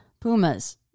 pumas